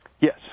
Yes